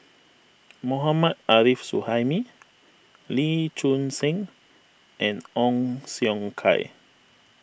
Mohammad Arif Suhaimi Lee Choon Seng and Ong Siong Kai